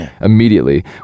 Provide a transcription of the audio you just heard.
immediately